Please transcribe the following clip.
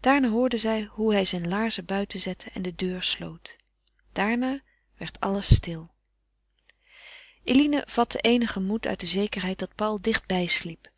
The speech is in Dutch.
daarna hoorde zij hoe hij zijn laarzen buiten zette en de deur sloot daarna werd alles stil eline vatte eenigen moed uit de zekerheid dat paul dichtbij sliep